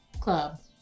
club